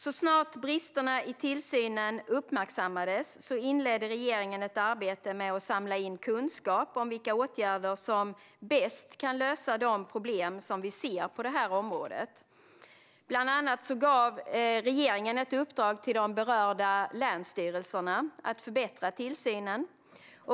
Så snart bristerna i tillsynen uppmärksammades inledde regeringen ett arbete med att samla in kunskap om vilka åtgärder som bäst kan lösa de problem som vi ser på detta område. Bland annat gav regeringen ett uppdrag till de berörda länsstyrelserna att förbättra tillsynen.